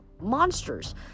monsters